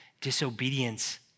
disobedience